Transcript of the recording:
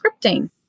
scripting